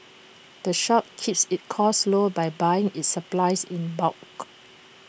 the shop keeps its costs low by buying its supplies in bulk